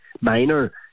minor